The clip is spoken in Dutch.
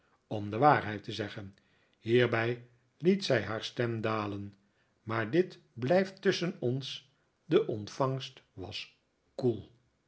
om de waarheid te zeggen hierbij liet zij haar stem dalen maar dit blijft tusschen ons de ontvangst was koel